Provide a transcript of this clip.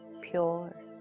Pure